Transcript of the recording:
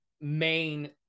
main